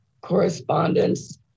correspondence